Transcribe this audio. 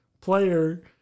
player